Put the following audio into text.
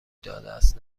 دادهاست